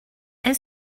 est